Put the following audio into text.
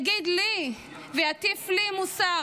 יגיד לי ויטיף לי מוסר?